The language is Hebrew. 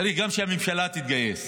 צריך גם שהממשלה תתגייס